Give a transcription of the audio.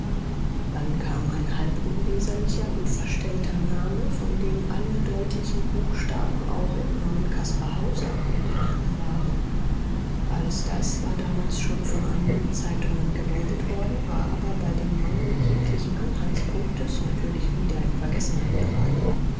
dann kam ein halb unleserlicher und verstellter name von dem alle deutlichen buchstaben auch im namen caspar hauser enthalten waren alles das war damals schon von einigen zeitungen gemeldet worden war aber bei dem mangel jeglichen anhaltspunktes natürlich wieder in vergessenheit geraten